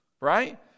right